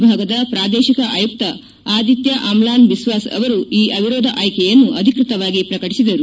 ವಿಭಾಗದ ಪ್ರಾದೇಶಿಕ ಆಯುಕ್ತ ಆದಿತ್ಯ ಆಮ್ಲಾನ್ ಬಿಸ್ಟಾಸ್ ಅವರು ಈ ಅವಿರೋಧ ಆಯ್ಲೆಯನ್ನು ಅಧಿಕೃತವಾಗಿ ಪ್ರಕಟಿಸಿದರು